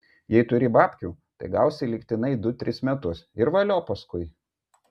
jei turi babkių tai gausi lygtinai du tris metus ir valio paskui